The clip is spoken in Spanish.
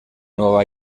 nueva